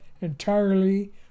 entirely